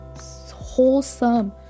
wholesome